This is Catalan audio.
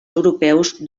europeus